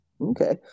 Okay